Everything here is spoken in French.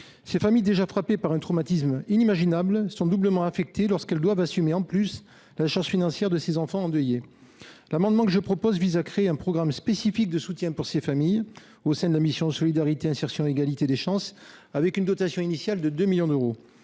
Ces familles déjà frappées par un traumatisme inimaginable sont doublement affectées, lorsqu’elles doivent assumer, en plus, la charge financière de ces enfants endeuillés. L’amendement que je propose vise à créer un programme spécifique de soutien à ces familles au sein de la mission « Solidarité, insertion et égalité des chances », avec une dotation initiale de 2 millions d’euros.